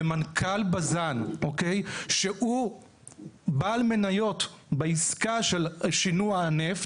מנכ"ל בז"ן שהוא בעל מניות בעסקה של שינוע הנפט,